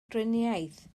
driniaeth